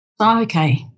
Okay